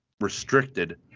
restricted